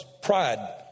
pride